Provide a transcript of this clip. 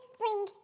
bring